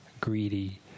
Greedy